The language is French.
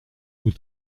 vous